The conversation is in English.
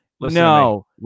no